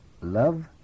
love